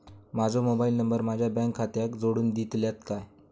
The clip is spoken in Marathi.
माजो मोबाईल नंबर माझ्या बँक खात्याक जोडून दितल्यात काय?